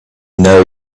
know